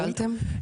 נתקלתם?